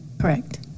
Correct